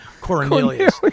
Cornelius